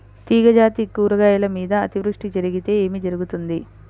తీగజాతి కూరగాయల మీద అతివృష్టి జరిగితే ఏమి జరుగుతుంది?